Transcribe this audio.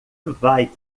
vai